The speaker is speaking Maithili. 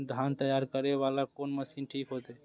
धान तैयारी करे वाला कोन मशीन ठीक होते?